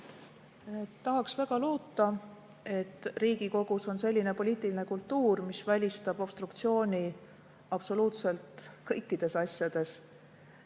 Tahaks väga loota, et Riigikogus on selline poliitiline kultuur, mis välistab obstruktsiooni absoluutselt kõikides asjades.